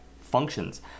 functions